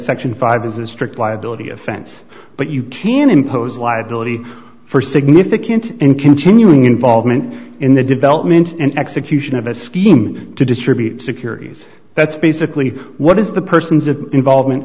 section five of the strict liability offense but you can impose liability for significant and continuing involvement in the development and execution of a scheme to distribute securities that's basically what is the persons of involvement